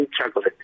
chocolate